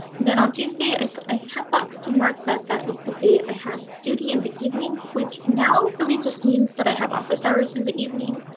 then on tuesday i put a half box to mark that that is the day i have duty in the evening which now really just means that i have office hours in the evening.